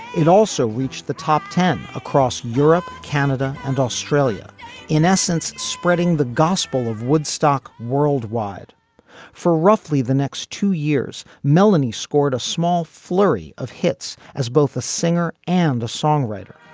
it also reached the top ten across europe canada and australia in essence spreading the gospel of woodstock worldwide for roughly the next two years. melanie scored a small flurry of hits as both a singer and a songwriter